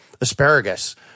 asparagus